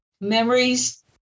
memories